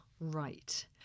right